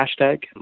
hashtag